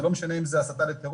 זה לא משנה אם זה הסתה לטרור,